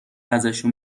ازشون